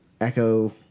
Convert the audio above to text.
Echo